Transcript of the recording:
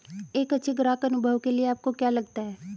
एक अच्छे ग्राहक अनुभव के लिए आपको क्या लगता है?